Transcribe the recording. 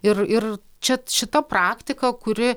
ir ir čia šita praktika kuri